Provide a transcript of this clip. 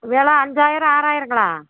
வில அஞ்சாயிரம் ஆறாயிரங்களா